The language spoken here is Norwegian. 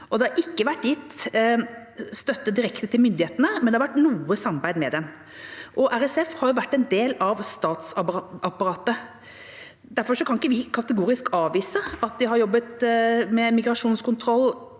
Det har ikke vært gitt støtte direkte til myndighetene, men det har vært noe samarbeid med dem. RSF har vært en del av statsapparatet, og derfor kan vi ikke kategorisk avvise at de har jobbet med migrasjonskontroll